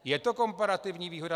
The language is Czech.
Je to komparativní výhoda?